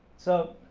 so